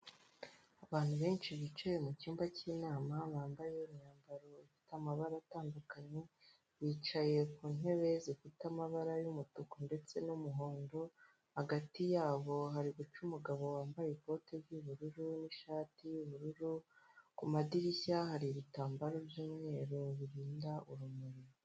Abantu bensh bicaye mu cyumba kinama bambaye imyambaro ifite amabara agiye atandukanye bicaye ku ntebe zifite amabara y'umutuku ndetse n'umuhondo hagati yabo hari guca umugabo wambaye ikote ry'ubururu n'ishati y'ubururu ku madirisha hari ibitambaro by'umweru birinda urumuri.